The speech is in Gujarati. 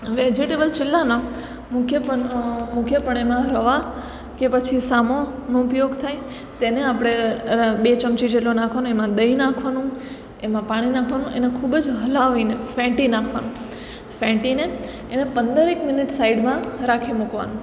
વેજીટેબલ ચિલ્લાના મુખ્યપણેમાં રવા કે પછી સામોનો ઉપયોગ થાય તેને આપણે બે ચમચી જેટલો નાખવાનો એમાં દહીં નાખવાનું એમાં પાણી નાખવાનું એને ખૂબ જ હલાવીને ફેંટી નાખવાનું ફેંટીને એને પંદરેક મિનિટ સાઈડમાં રાખી મુકવાનું